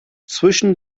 zwischen